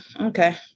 Okay